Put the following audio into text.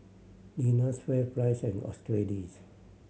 Lenas FairPrice and Australis